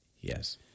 Yes